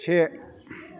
से